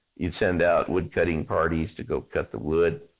you'd send out wood cutting parties to go cut the wood,